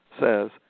says